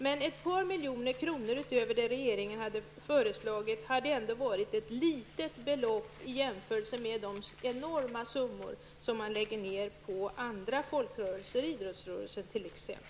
Men ett par miljoner kronor utöver vad regeringen har föreslagit hade ändå varit ett litet belopp i jämförelse med de enorma summor som man lägger ned på andra folkrörelser, t.ex. idrottsrörelsen.